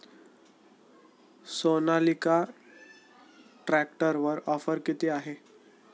सोनालिका ट्रॅक्टरवर ऑफर किती आहे?